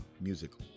musical